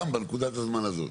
שם בנקודת הזמן הזו.